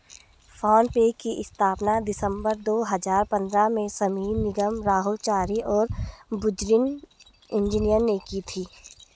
phone पे की स्थापना दिसंबर दो हजार पन्द्रह में समीर निगम, राहुल चारी और बुर्जिन इंजीनियर ने की थी